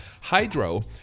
Hydro